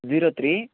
zero three